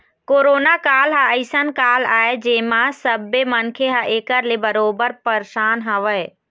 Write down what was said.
corona काल ह अइसन काल आय जेमा सब्बे मनखे ह ऐखर ले बरोबर परसान हवय